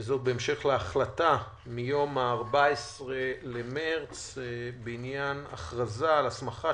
וזאת בהמשך להחלטה מיום ה-14 במרץ בעניין הכרזה על הסמכת